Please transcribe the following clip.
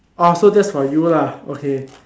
orh so that's for you lah okay